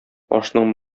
ашның